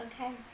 Okay